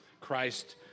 Christ